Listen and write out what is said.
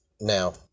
Now